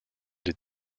des